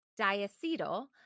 diacetyl